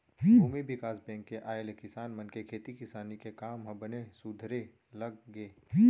भूमि बिकास बेंक के आय ले किसान मन के खेती किसानी के काम ह बने सुधरे लग गे